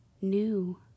new